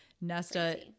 Nesta